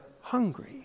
hungry